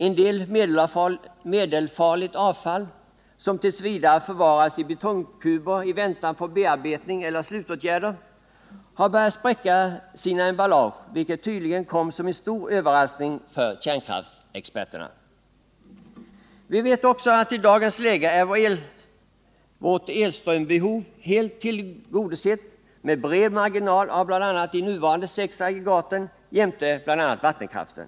En del medelfarligt avfall som t. v. förvaras i betongkuber i väntan på bearbetning eller slutåtgärder har börjat spräcka sina emballage, vilket tydligen kom som en stor överraskning för kärnkraftsexperterna. Vi vet också att i dagens läge är vårt elströmsbehov helt tillgodosett, med bred marginal, av de nuvarande sex aggregaten jämte bl.a. vattenkraften.